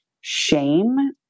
shame